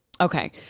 Okay